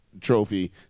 trophy